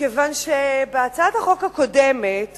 מכיוון שבהצעת החוק הקודמת